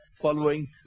following